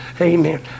Amen